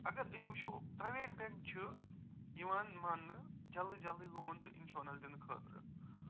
اگر أسۍ وُچھو پرٛایویٹ بینٛک چھُ یِوان ماننہٕ جلدی جلدی لون تہٕ اِنشورنس دِنہٕ خٲطرٕ